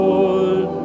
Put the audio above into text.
Lord